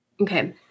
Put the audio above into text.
Okay